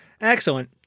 Excellent